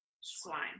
Swine